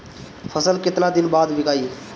फसल केतना दिन बाद विकाई?